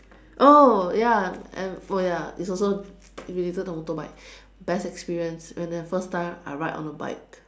oh ya and oh ya it's also related to motorbike best experience when the first time I ride on a bike